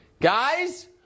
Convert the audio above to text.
guys